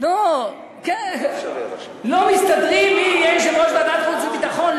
לא מסתדרים מי יהיה יושב-ראש ועדת חוץ וביטחון,